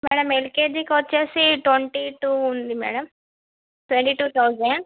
madam ఎల్కేజీకి వచ్చి twenty two ఉంది మేడం ట్వంటీ టూ థౌజండ్